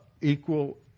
equal